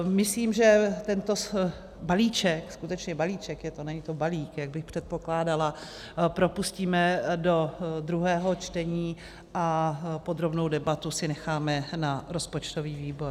Myslím, že tento balíček, skutečně balíček, není to balík, jak bych předpokládala, propustíme do druhého čtení a podrobnou debatu si necháme na rozpočtový výbor.